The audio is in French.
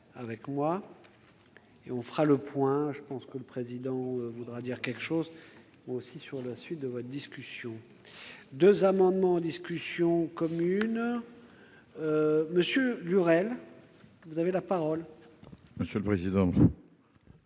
monsieur le président.